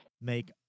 make